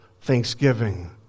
Thanksgiving